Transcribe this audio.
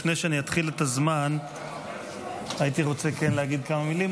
לפני שאתחיל את הזמן הייתי רוצה להגיד כמה מילים.